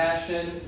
Passion